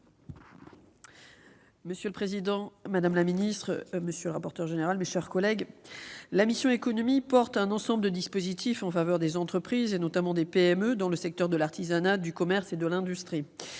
Monsieur le président, madame la secrétaire d'État, mes chers collègues, la mission « Économie » porte un ensemble de dispositifs en faveur des entreprises, et notamment des PME dans les secteurs de l'artisanat, du commerce et de l'industrie.